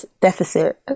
deficit